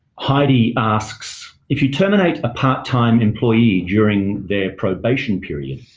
heidi asks if you terminate ah part-time employee during their probation period,